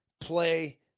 play